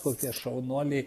kokie šaunuoliai